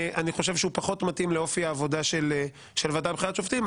אני חושב שהוא פחות מתאים לאופי העבודה של הוועדה לבחירת שופטים.